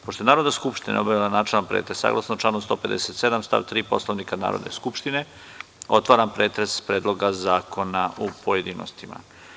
Pošto je Narodna skupština obavila načelni pretres, saglasno članu 157. stav 3. Poslovnika Narodne skupštine, otvaram pretres Predloga zakona u pojedinostima.